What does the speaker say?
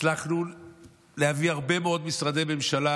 הצלחנו להביא הרבה מאוד משרדי ממשלה